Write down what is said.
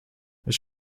ich